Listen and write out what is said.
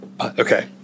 okay